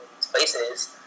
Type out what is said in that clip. places